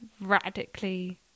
radically